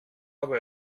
aber